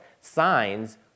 Signs